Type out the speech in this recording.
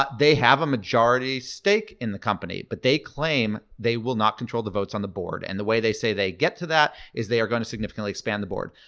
but they have a majority stake in the company, but they claim they will not control the votes on the board. and the way they say they get to that is they are going to significantly expand the board.